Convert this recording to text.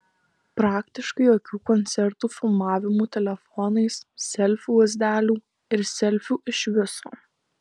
praktiškai jokių koncertų filmavimų telefonais selfių lazdelių ir selfių iš viso